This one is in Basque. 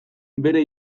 bere